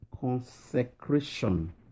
Consecration